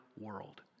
world